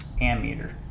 ammeter